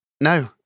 no